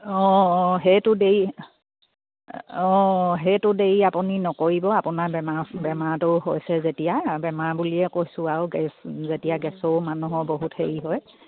অঁ অঁ সেইটো দেৰি অঁ সেইটো দেৰি আপুনি নকৰিব আপোনাৰ বেমাৰ বেমাৰটো হৈছে যেতিয়া বেমাৰ বুলিয়ে কৈছোঁ আৰু গেছ যেতিয়া গেছৰ মানুহৰ বহুত হেৰি হয়